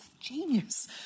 genius